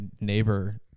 neighbor